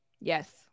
Yes